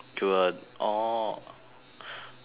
you were oh